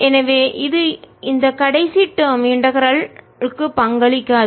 எனவே இது இந்த கடைசி டேர்ம் இன்டகரல் ஒருங்கிணைத்துக்கு பங்களிக்காது